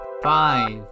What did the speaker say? five